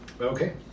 Okay